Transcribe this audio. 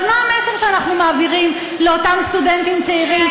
אז מה המסר שאנחנו מעבירים לאותם סטודנטים צעירים?